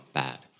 bad